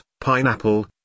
pineapple